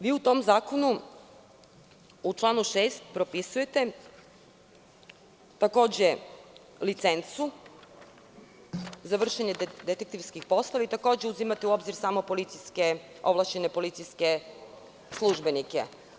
Vi u tom zakonu u članu 6. propisujete takođe licencu za vršenje detektivskih poslova i takođe uzimate u obzir samo ovlašćene policijske službenike.